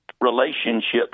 relationships